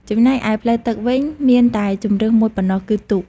ចំណែកឯផ្លូវទឹកវិញ មានតែជម្រើសមួយប៉ុណ្ណោះគឺទូក។